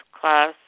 class